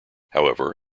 however